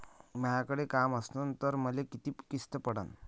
मायाकडे काम असन तर मले किती किस्त पडन?